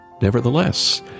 Nevertheless